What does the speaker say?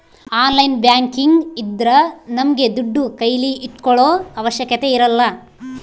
online banking ಇದ್ರ ನಮ್ಗೆ ದುಡ್ಡು ಕೈಲಿ ಇಟ್ಕೊಳೋ ಅವಶ್ಯಕತೆ ಇರಲ್ಲ